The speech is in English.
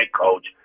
coach